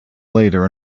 later